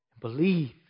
Believe